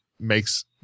Makes